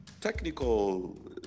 technical